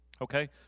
okay